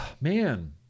Man